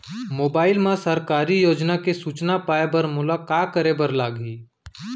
mobile मा सरकारी योजना के सूचना पाए बर मोला का करे बर लागही